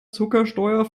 zuckersteuer